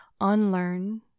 unlearn